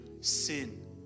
sin